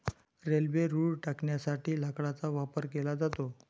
railway रुळ टाकण्यासाठी लाकडाचा वापर केला जातो